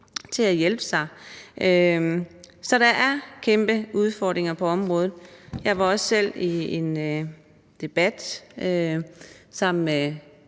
til at hjælpe sig. Så der er kæmpe udfordringer på området. Jeg var også selv i en debat